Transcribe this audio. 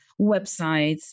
websites